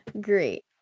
Great